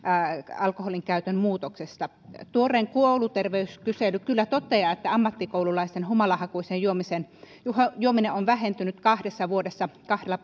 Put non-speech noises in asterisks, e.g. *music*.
alkoholinkäytön muutoksesta tuorein kouluterveyskysely kyllä toteaa että ammattikoululaisten humalahakuinen juominen on vähentynyt kahdessa vuodessa kahdella *unintelligible*